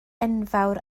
enfawr